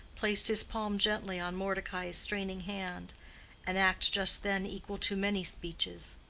placed his palm gently on mordecai's straining hand an act just then equal to many speeches.